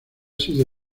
sido